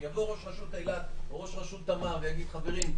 אם יבוא ראש רשות אילת או ראש רשות תמר ויגיד: חברים,